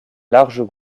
larges